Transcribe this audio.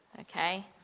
okay